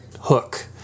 hook